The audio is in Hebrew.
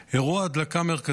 אירוע הדלקה מרכזי,